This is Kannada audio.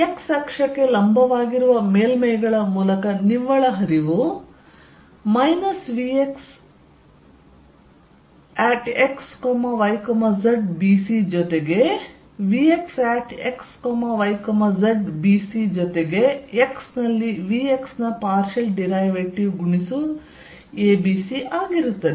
x ಅಕ್ಷಕ್ಕೆ ಲಂಬವಾಗಿರುವ ಮೇಲ್ಮೈಗಳ ಮೂಲಕ ನಿವ್ವಳ ಹರಿವು vx x y zbc ಜೊತೆಗೆ vx x y z bc ಜೊತೆಗೆ x ನಲ್ಲಿ vx ನ ಪಾರ್ಷಿಯಲ್ ಡಿರೈವೇಟಿವ್ ಗುಣಿಸು abc ಆಗಿರುತ್ತದೆ